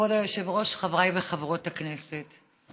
כבוד היושב-ראש, חברי וחברות הכנסת,